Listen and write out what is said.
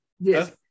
Yes